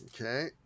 Okay